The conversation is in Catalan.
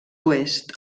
oest